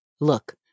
Look